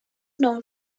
known